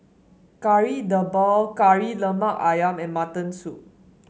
Kari Debal Kari Lemak ayam and Mutton Soup